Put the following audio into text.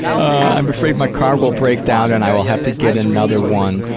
i'm afraid my car will break down, and i will have to get another one,